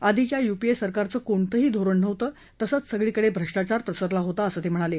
आधीच्या यूपीएसरकारचं कोणतंही धोरण नव्हतं तसंच सगळीकडे भ्रष्टाचार पसरला होता असं ते म्हणाले